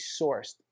sourced